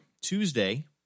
Tuesday